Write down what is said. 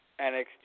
NXT